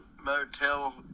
Motel